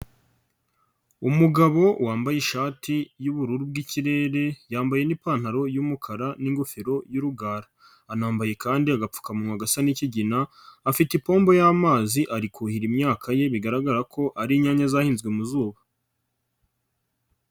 Umugabo wambaye ishati y'ubururu bw'ikirere yambaye n'ipantaro y'umukara n'ingofero y'urugara. Anambaye kandi agapfukamunwa gasa n'ikigina, afite ipombo y'amazi ari kuhira imyaka ye bigaragara ko ari inyanya zahinzwe mu zuba.